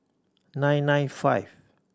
nine nine five